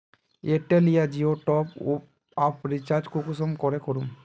Airtel या जियोर top आप रिचार्ज कुंसम करे करूम?